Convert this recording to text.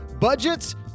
Budgets